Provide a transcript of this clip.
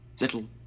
little